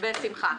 בשמחה.